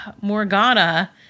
Morgana